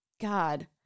God